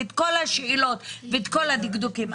את כל השאלות ואת כל הדקדוקים.